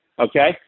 Okay